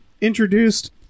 introduced